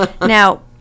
Now